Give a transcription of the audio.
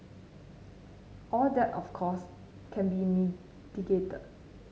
all that of course can be mitigated